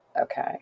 okay